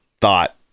thought